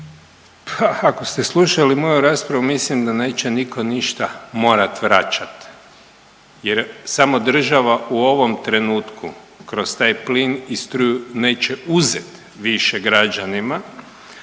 ako ste slušali moju raspravu mislim da neće nitko ništa morat vraćat jer samo država u ovom trenutku kroz taj plin i struju neće uzet više građanima,